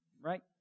right